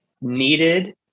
needed